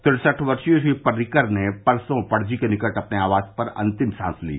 तिरसठ वर्षीय श्री पर्रिकर ने परसों पणजी के निकट अपने आवास पर अन्तिम सांस ली